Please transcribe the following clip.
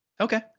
Okay